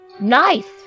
Nice